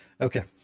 Okay